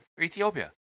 Ethiopia